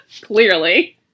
clearly